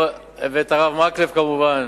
ואת הרב מקלב כמובן.